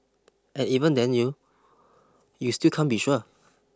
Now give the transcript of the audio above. and even then you you still can't be sure